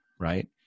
right